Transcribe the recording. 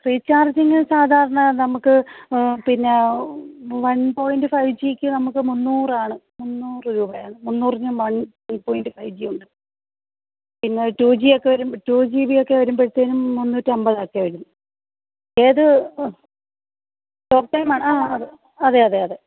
recharging സാധാരണ നമുക്ക് പിന്നെ വണ് പോയിന്റ് ഫൈ ജീ ക്ക് നമുക്ക് മുന്നൂറ് ആണ് മുന്നൂറ് രൂപയാണ് മുന്നൂറിന് one one point five G ഉണ്ട് പിന്നെ ടൂ ജി ഒക്കെ വരും ടൂ ജീ ബി ഒക്കെ വരുമ്പഴ്ത്തേനും മുന്നൂറ്റമ്പത് ഒക്കെ വരും ഏത് ടോക്ടൈം ആ അതെ അതെ അതെ അതെ